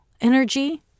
energy